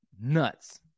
Nuts